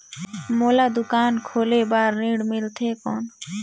मोला दुकान खोले बार ऋण मिलथे कौन?